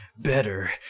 Better